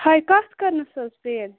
ہَے کَتھ کٔرنَس حظ پین